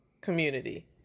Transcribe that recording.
community